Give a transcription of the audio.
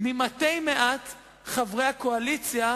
ממתי מעט חברי הקואליציה,